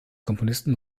komponisten